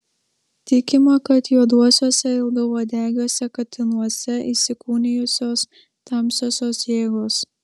tikima kad juoduosiuose ilgauodegiuose katinuose įsikūnijusios tamsiosios jėgos